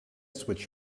switch